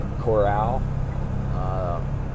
Corral